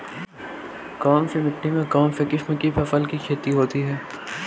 कौनसी मिट्टी में कौनसी किस्म की फसल की खेती होती है?